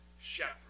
shepherd